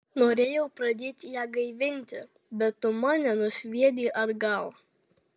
norėjau pradėti ją gaivinti bet tu mane nusviedei atgal